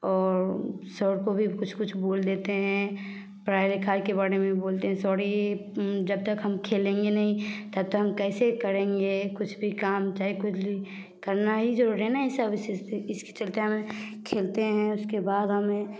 और सर को भी कुछ कुछ बोल देते हैं पढ़ाई लिखाई के बारे में बोलते हैं सॉरी जब तक हम खेलेंगे नहीं तब तक हम कैसे करेंगे कुछ भी काम चाहे कुछ भी करना ही जरूरी हैना इसी से इसके चलते हम सब खेलते हैं उसके बाद हमें